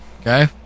okay